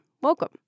welcome